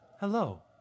Hello